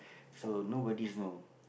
so nobody know